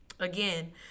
Again